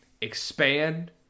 expand